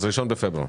1 בפברואר.